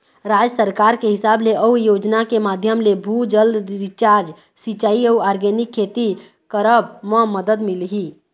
राज सरकार के हिसाब ले अउ योजना के माधियम ले, भू जल रिचार्ज, सिंचाई अउ आर्गेनिक खेती करब म मदद मिलही